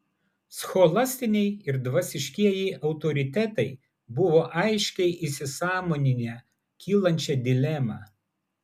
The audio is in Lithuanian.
scholastiniai ir dvasiškieji autoritetai buvo aiškiai įsisąmoninę kylančią dilemą